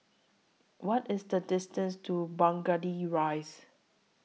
What IS The distance to Burgundy Rise